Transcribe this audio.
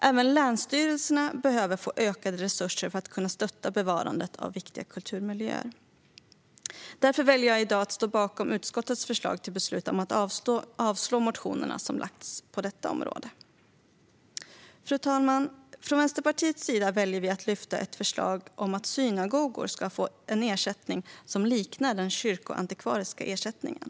Även länsstyrelserna behöver få ökade resurser för att kunna stötta bevarandet av viktiga kulturmiljöer. Därför väljer jag i dag att stå bakom utskottets förslag till beslut om att avslå de motioner som väckts på detta område. Fru talman! Vänsterpartiet väljer att lyfta fram ett förslag om att synagogor ska få en ersättning som liknar den kyrkoantikvariska ersättningen.